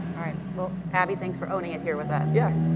alright, well, abby, thanks for owning it here with us. yeah.